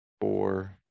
four